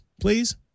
please